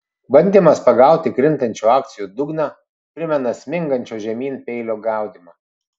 bandymas pagauti krintančių akcijų dugną primena smingančio žemyn peilio gaudymą